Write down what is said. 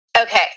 Okay